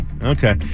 Okay